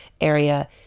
Area